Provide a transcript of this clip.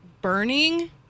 burning